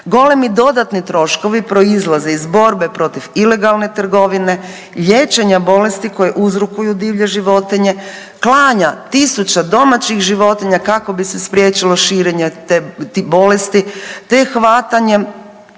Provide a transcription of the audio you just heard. Golemi dodatni troškovi proizlaze iz borbe protiv ilegalne trgovine, liječenja bolesti koje uzrokuju divlje životinje, klanja tisuća domaćih životinja kako bi se spriječilo širenje ti bolesti, te hvatanjem